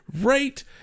Right